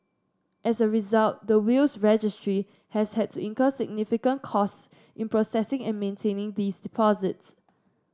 as a result the Wills Registry has had to incur significant costs in processing and maintaining these deposits